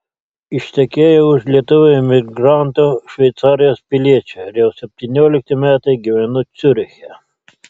ištekėjau už lietuvio emigranto šveicarijos piliečio ir jau septyniolikti metai gyvenu ciuriche